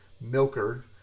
milker